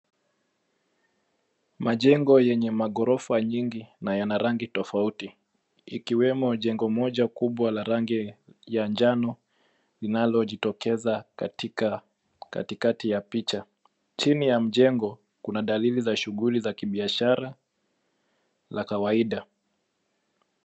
Majengo yenye magorofa nyingi, na yana rangi tofauti. Ikiwemo jengo moja kubwa la rangi ya njano, linalojitokeza katika katikati ya picha. Chini ya mjengo, kuna dalili za shughuli za kibiashara la kawaida.